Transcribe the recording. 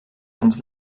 anys